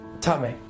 tummy